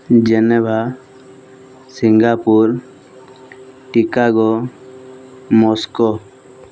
Geneva Singapore Chicago Moscow